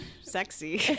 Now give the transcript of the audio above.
sexy